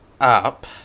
up